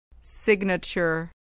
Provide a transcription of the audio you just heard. Signature